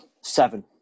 Seven